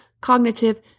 cognitive